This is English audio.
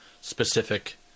specific